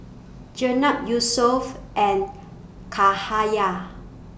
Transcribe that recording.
Jenab Yusuf and Cahaya